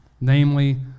namely